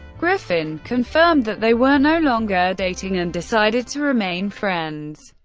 griffin confirmed that they were no longer dating and decided to remain friends.